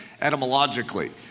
etymologically